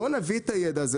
בואו נביא את הידע הזה.